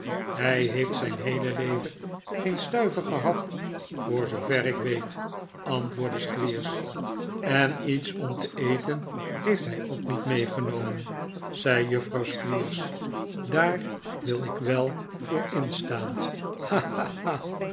hij heeft zijn heele leven geen stuiver gehad voor zoover ik weet antwoordde squeers en iets om te eten heeft hij ook niet jacht op den ontsnapten gevangene meegenomen zei juffrouw squeers daar wil ik wel voor instaan